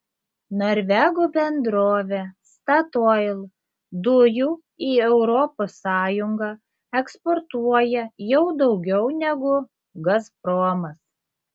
norvegų bendrovė statoil dujų į europos sąjungą eksportuoja jau daugiau negu gazpromas